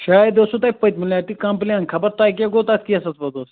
شاید اوسوٕ تۄہہِ پٔتمہِ لٹہِ تہِ کمپُلین خبر تۄہہِ کیٛاہ گوٚو تتھ کیسَس پوٚتُس